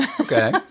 Okay